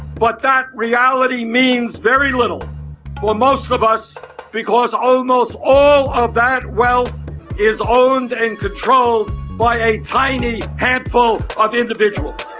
that reality means very little for most of of us because almost all of that wealth is owned and controlled by a tiny handful of individuals.